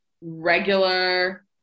regular